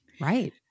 Right